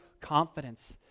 confidence